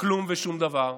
כלום ושום דבר.